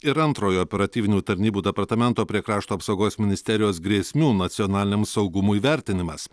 ir antrojo operatyvinių tarnybų departamento prie krašto apsaugos ministerijos grėsmių nacionaliniam saugumui vertinimas